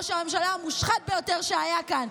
ראש הממשלה המושחת ביותר שהיה כאן,